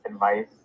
advice